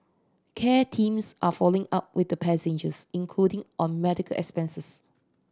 care teams are following up with the passengers including on medical expenses